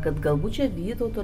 kad galbūt čia vytauto